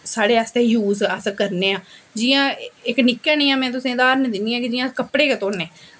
साढ़े आस्तै यूज अस करने आं जियां इक निक्का नेहा में तुसेंगी इक उदाहरण दिन्नी आं कि जियां कपड़े धोन्ने आं